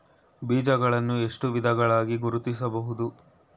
ಬೀಜಗಳನ್ನು ಎಷ್ಟು ವಿಧಗಳಾಗಿ ಗುರುತಿಸಬಹುದು?